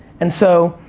and so,